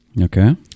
Okay